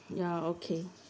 ya okay